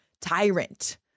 tyrant